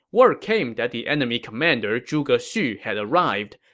word came that the enemy commander zhuge xu had arrived.